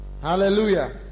Hallelujah